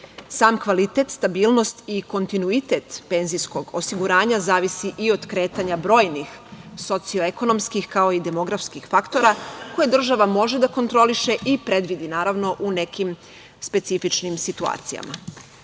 kvalitet, stabilnost i kontinuitet penzijskog osiguranja, zavisi i od kretanja brojnih socijalnoekonomskih, kao i demografskih faktora, koje država može da kontroliše i predvidi, naravno, u nekim specifičnim situacijama. Iako